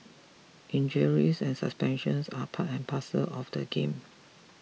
injuries and suspensions are part and parcel of the game